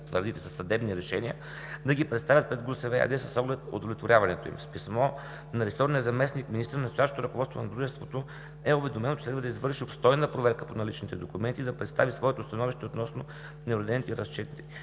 твърдите – със съдебни решения, да ги представят пред ГУСВ – ЕАД, с оглед удовлетворяването им. С писмо на ресорния заместник-министър настоящото ръководство на дружеството е уведомено, че следва да извърши обстойна проверка по наличните документи и да представи своето становище относно неуредените разчетни